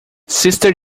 sister